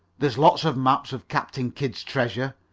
there's lots of maps of captain kidd's treasure,